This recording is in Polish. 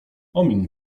omiń